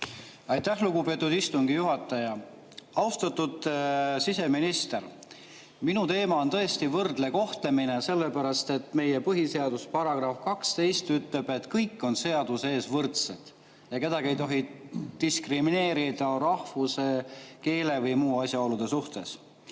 Aitäh, lugupeetud istungi juhataja! Austatud siseminister! Minu teema on tõesti võrdne kohtlemine. Meie põhiseaduse § 12 ütleb, et kõik on seaduse ees võrdsed ja kedagi ei tohi diskrimineerida rahvuse, keele või muude asjaolude tõttu.